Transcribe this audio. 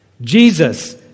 Jesus